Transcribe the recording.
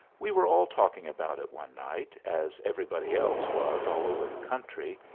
we were all talking about it one night, as everybody else was all over the country,